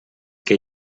què